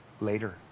later